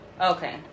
Okay